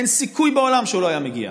אין סיכוי בעולם שהוא לא היה מגיע.